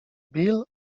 bill